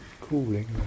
cooling